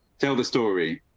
tell the story.